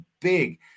big